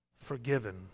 forgiven